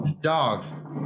dogs